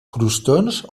crostons